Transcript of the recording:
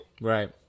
right